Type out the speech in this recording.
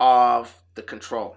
of the control